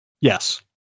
Yes